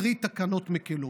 קרי תקנות מקילות.